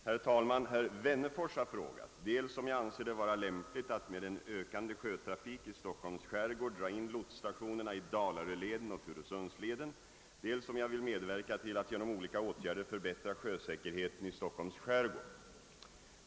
Herr talman! Herr Wennerfors har frågat dels om jag anser det vara lämpligt att med en ökande sjötrafik i Stockholms skärgård dra in lotsstationerna i Dalaröleden och Furusundsleden, dels om jag vill medverka till att genom olika åtgärder förbättra sjösäkerheten i Stockholms skärgård.